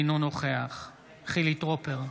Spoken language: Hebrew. אינו נוכח חילי טרופר,